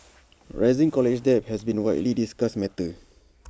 rising college debt has been A widely discussed matter